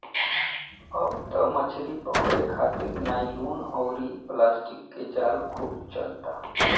अब त मछली पकड़े खारित नायलुन अउरी प्लास्टिक के जाल खूब चलता